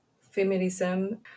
feminism